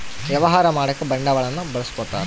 ವ್ಯವಹಾರ ಮಾಡಕ ಬಂಡವಾಳನ್ನ ಬಳಸ್ಕೊತಾರ